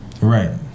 Right